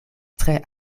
tre